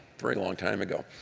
very long time ago.